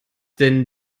denn